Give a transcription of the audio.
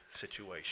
situation